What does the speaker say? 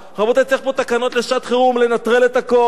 רבותי, צריך פה תקנות לשעת-חירום, לנטרל את הכול.